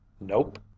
Nope